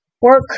work